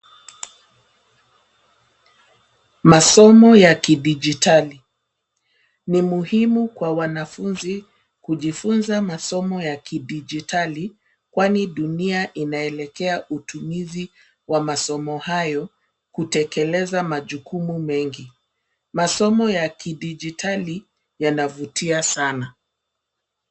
Masomo ya kidijitali ni muhimu kwa wanafunzi kujifunza masomo ya kidijitali kwani dunia inaelekea utumizi wa masomo hayo kutekeleza majukumu mengi. Masomo ya kidijitali yanavutia sana.